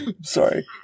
Sorry